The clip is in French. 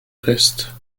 reste